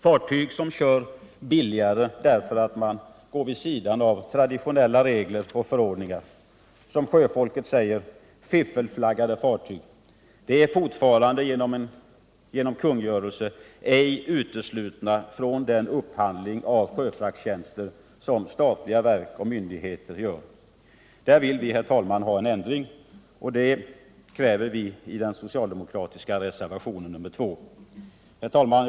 Fartyg som kör billigare därför att de går vid sidan av traditionella regler och förordningar — eller, som sjöfolket säger, fiffelflaggade fartyg — är fortfarande genom kungörelse ej uteslutna från den upphandling av sjöfrakttjänster som statliga verk och myndigheter gör. Där vill vi ha en ändring, herr talman, och det kräver vi i den socialdemokratiska reservationen 2. Herr talman!